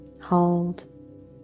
Hold